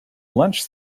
lunch